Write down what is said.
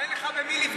אין לך במי לפגוע?